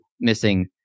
missing